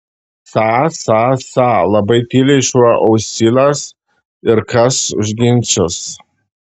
sa sa sa labai tyliai šuo ausylas ir kas užginčys